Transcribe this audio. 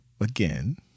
again